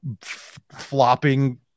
flopping